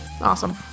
awesome